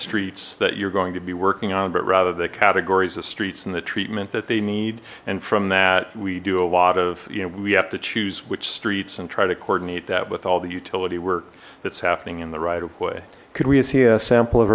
streets that you're going to be working on but rather the categories of streets and the treatment that they need and from that we do a lot of you know we have to choose which streets and try to coordinate that with all the utility work that's happening in the right of way could we see a sample of